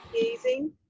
gazing